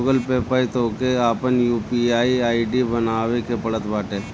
Google Pay पअ तोहके आपन यू.पी.आई आई.डी बनावे के पड़त बाटे